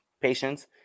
patience